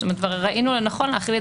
זאת אומרת שכבר ראינו לנכון להחיל את